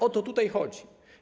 O to tutaj chodzi.